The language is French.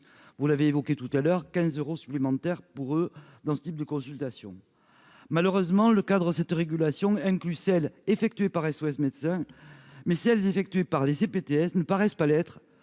vous l'avez évoqué tout à l'heure quinze euros supplémentaires pour eux dans ce type de consultation malheureusement le cadre cette régulation inclut celle effectuée par SOS Médecins, mais si elle effectuée par les Pts ne paraissent pas l'être,